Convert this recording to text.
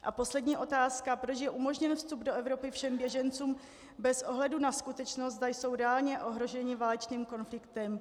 A poslední otázka: Proč je umožně vstup do Evropy všem běžencům bez ohledu na skutečnost, zda jsou reálně ohroženi válečným konfliktem?